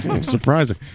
Surprising